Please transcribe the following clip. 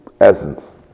essence